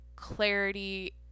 Clarity